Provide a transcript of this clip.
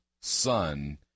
son